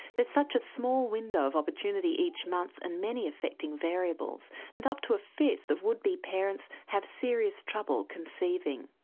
there's such a small window of opportunity each month and many affecting variables, and up to a fifth of would-be parents have serious trouble conceiving.